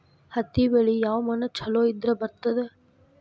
ಹತ್ತಿ ಬೆಳಿ ಯಾವ ಮಣ್ಣ ಇದ್ರ ಛಲೋ ಬರ್ತದ?